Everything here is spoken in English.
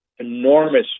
enormous